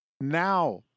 now